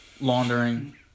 Laundering